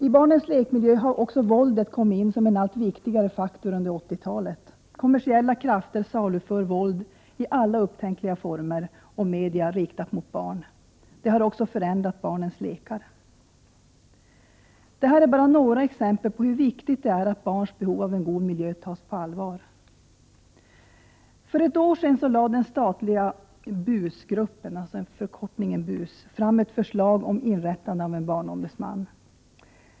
I barnens lekmiljö har också våldet blivit en allt viktigare faktor under 80-talet. Kommersiella krafter saluför våld i alla upptänkliga former och media riktade mot barn. Det har också förändrat barnens lekar. Det här är bara några exempel på hur viktigt det är att barns behov av en god miljö tas på allvar. För ett år sedan lade den statliga BUS-gruppen fram ett förslag om inrättandet av en barnombudsman.